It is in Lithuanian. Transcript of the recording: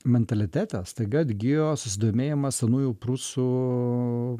mentalitete staiga atgijo susidomėjimas senųjų prūsų